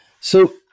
So-